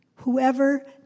Whoever